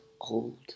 old